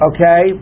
Okay